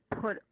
put